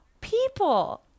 people